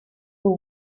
who